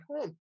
home